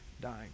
dying